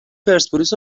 پرسپولیس